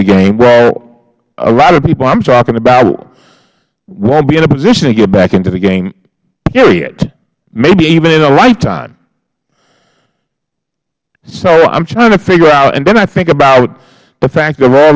the game well a lot of people i am talking about won't be in a position to get back into the game period maybe even in a lifetime so i am trying to figure out and then i think about the fact of all